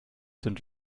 sind